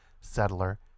settler